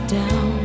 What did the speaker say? down